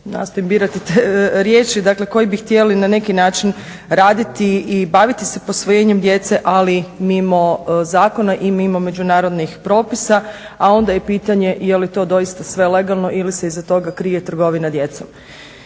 nastojim birati riječi, dakle koji bi htjeli na neki način raditi i baviti se posvojenjem djece ali mimo zakona i mimo međunarodnih propisa, a onda je i pitanje je li to doista sve legalno ili se iza toga krije trgovina djecom.